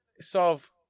solve